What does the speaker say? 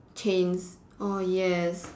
chains oh yes